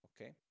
okay